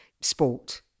sport